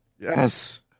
Yes